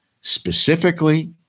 specifically